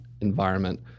environment